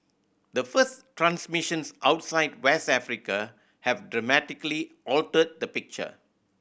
the first transmissions outside West Africa have dramatically altered the picture